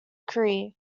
career